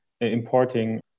importing